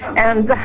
and